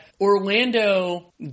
Orlando